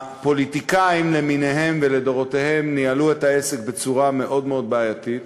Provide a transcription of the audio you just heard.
הפוליטיקאים למיניהם ולדורותיהם ניהלו את העסק בצורה מאוד מאוד בעייתית,